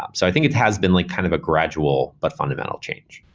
um so i think it has been like kind of a gradual but fundamental change.